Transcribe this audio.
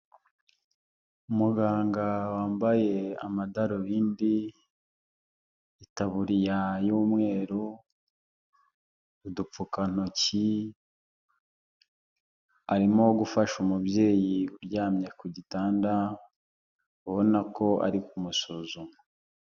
Umuganga wambaye amadarubindi, itaburiya y’umweru udupfukantoki, arimo gufasha umubyeyi uryamye ku gitanda ubona ko ari kumusuzuma.